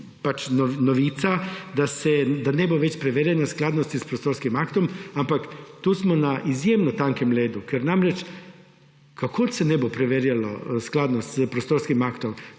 to novica, da ne bo več preverjanja skladnosti s prostorskim aktom, ampak tu smo na izjemno tankem ledu. Ker namreč, kako se ne bo preverjalo skladnosti s prostorskim aktom?